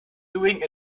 doing